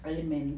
iron man